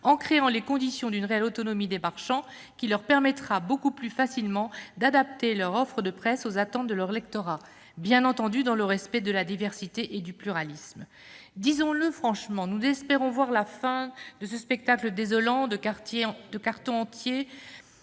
en créant les conditions d'une réelle autonomie des marchands. Ainsi, ces derniers pourront adapter beaucoup plus facilement leur offre de presse aux attentes de leur lectorat, bien entendu dans le respect de la diversité et du pluralisme. Disons-le franchement : nous espérons tous voir finir ce spectacle désolant de cartons entiers